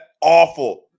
awful